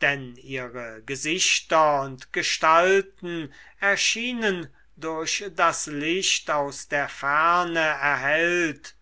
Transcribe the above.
denn ihre gesichter und gestalten erschienen durch das licht aus der ferne erhellt